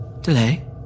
Delay